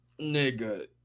nigga